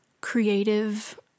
creative